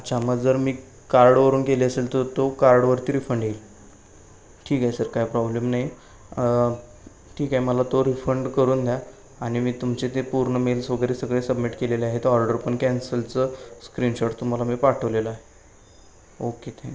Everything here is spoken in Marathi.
अच्छा मग जर मी कार्डवरून केले असेल तर तो कार्डवरती रिफंड येईल ठीक आहे सर काय प्रॉब्लेम नाही ठीक आहे मला तो रिफंड करून द्या आणि मी तुमचे ते पूर्ण मेल्स वगैरे सगळे सबमिट केलेले आहे तो ऑर्डर पण कॅन्सलचं स्क्रीनशॉट तुम्हाला मी पाठवलेलं आहे ओके थँक्यू